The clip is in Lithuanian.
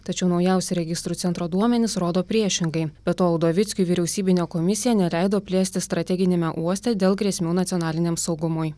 tačiau naujausi registrų centro duomenys rodo priešingai be to udovickiui vyriausybinė komisija neleido plėstis strateginiame uoste dėl grėsmių nacionaliniam saugumui